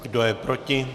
Kdo je proti?